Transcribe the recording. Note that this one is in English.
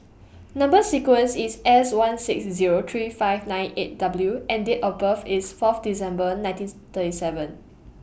Number sequence IS S one six Zero three five nine eight W and Date of birth IS Fourth December nineteen thirty seven